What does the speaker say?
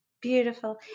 Beautiful